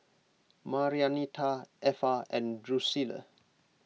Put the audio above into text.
Marianita Effa and Drucilla